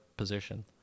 position